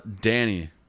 Danny